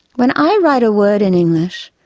when i write a word in english,